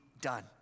done